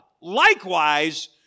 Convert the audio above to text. Likewise